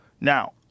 Now